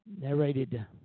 narrated